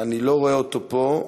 אני לא רואה אותו פה,